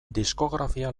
diskografia